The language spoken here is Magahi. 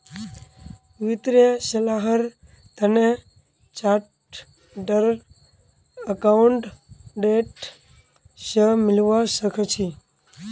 वित्तीय सलाहर तने चार्टर्ड अकाउंटेंट स मिलवा सखे छि